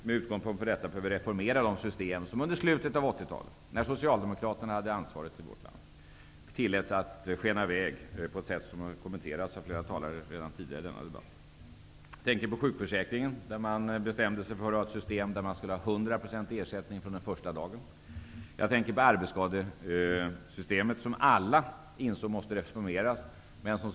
Med utgångspunkt från detta bör vi reformera de system som under slutet av 80-talet, när Socialdemokraterna hade ansvaret för vårt land, tilläts att skena i väg på ett sätt som redan har kommenterats av flera talare tidigare i denna debatt. Jag tänker på sjukförsäkringen. Man bestämde sig för att ha ett system där det skulle utgå 100 % ersättning från första sjukdagen. Jag tänker på systemet för ersättning för arbetsskada. Alla insåg att det systemet måste reformeras.